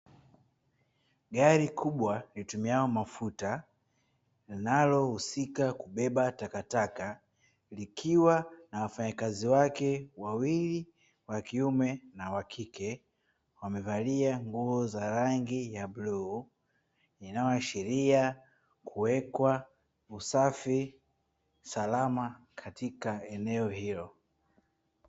Gari kubwa litumialo mafuta linalo husika kubeba takataka, likiwa na wafanyakazi wake wawili, wa kiume na wa kike, wamevalia nguo za rangi ya bluu, inayoashiria kuwekwa usafi salama katika eneo hilo.